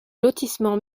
lotissement